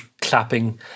clapping